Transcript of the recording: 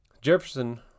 Jefferson